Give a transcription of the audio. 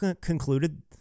concluded